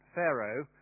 Pharaoh